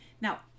now